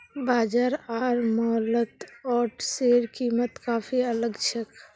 बाजार आर मॉलत ओट्सेर कीमत काफी अलग छेक